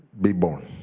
be born?